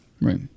right